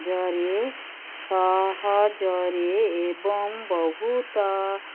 ଜରେ ସହଜରେ ଏବଂ ବହୁତ